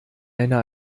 einer